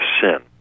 sin